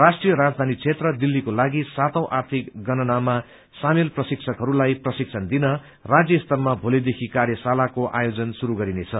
राष्ट्रीय राजधानी क्षेत्र दिल्लीको लागि सातौं आर्थिक गणनामा सामेल प्रशिक्षकहरूलाई प्रशिक्षण दिन राज्य स्तरमा भोलिदेखि कार्यशालाको आयोजन शुरू गरिनेछ